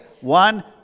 One